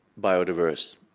biodiverse